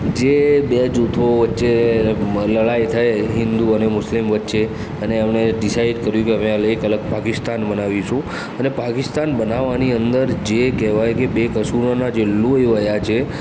જે બે જૂથો વચ્ચે મ લડાઇ થઇ હિંદુ અને મુસ્લિમ વચ્ચે અને એમણે ડિસાઇડ કર્યું કે હવે અલ એક અલગ પાકિસ્તાન બનાવીશું અને પાકિસ્તાન બનાવાની અંદર જે કહેવાય કે બેકસૂરોનાં જે લોહી હોય આજે